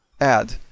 add